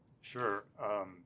Sure